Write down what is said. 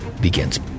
begins